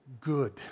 good